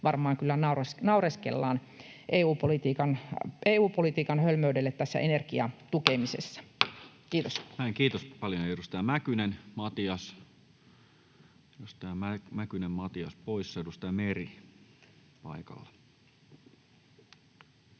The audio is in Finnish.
varmaan kyllä naureskellaan, EU-politiikan hölmöydelle, tässä energiatukemisessa. — Kiitos. Näin. Kiitos paljon. — Ja edustaja Mäkynen, Matias. Edustaja Mäkynen, Matias, poissa. — Edustaja Meri paikalla. Kiitos,